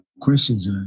questions